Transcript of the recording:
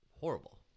horrible